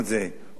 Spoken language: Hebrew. עוד פעם,